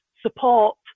support